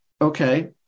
Okay